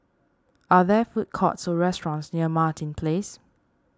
are there food courts or restaurants near Martin Place